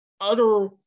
utter